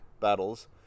battles